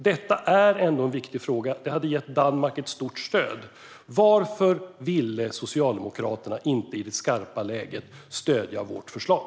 Detta är en viktig fråga, och det hade gett Danmark ett stort stöd. Varför ville inte Socialdemokraterna i det skarpa läget stödja vårt förslag?